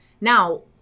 now